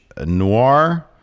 noir